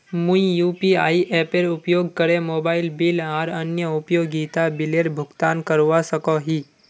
मुई यू.पी.आई एपेर उपयोग करे मोबाइल बिल आर अन्य उपयोगिता बिलेर भुगतान करवा सको ही